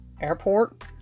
airport